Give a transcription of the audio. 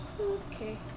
Okay